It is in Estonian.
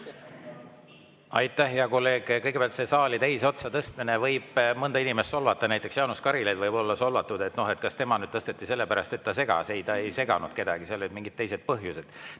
Aitäh, hea kolleeg! Kõigepealt, see saali teise otsa tõstmine võib mõnda inimest solvata. Näiteks Jaanus Karilaid võib olla solvatud – kas tema nüüd tõsteti [ümber] sellepärast, et ta segas. Ei, ta ei seganud kedagi, seal olid teised põhjused.